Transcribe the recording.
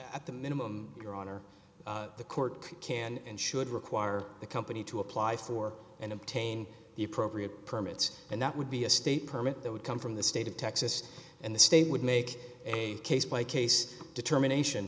at the minimum your honor the court can and should require the company to apply for and obtain the appropriate permits and that would be a state permit that would come from the state of texas and the state would make a case by case determination